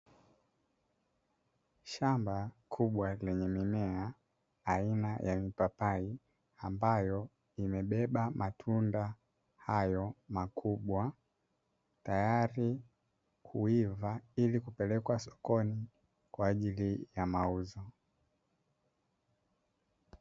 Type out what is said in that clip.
Shamba kubwa lenye mimea aina ya mipapai ambayo imebeba matunda hayo makubwa, tayari kuiva ili kupelekwa sokoni kwaajili ya mauzo.